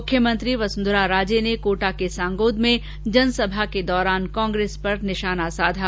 मुख्यमंत्री वसुंधरा राजे ने कोटा के सांगोद में जनसभा के दौरान कांग्रेस पर निशाना साधा